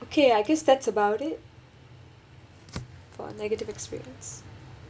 okay I guess that's about it for a negative experience